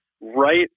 right